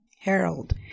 Harold